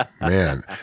Man